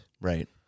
Right